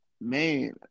man